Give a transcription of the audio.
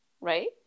right